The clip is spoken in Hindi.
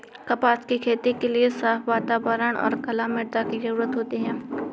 कपास की खेती के लिए साफ़ वातावरण और कला मृदा की जरुरत होती है